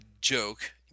joke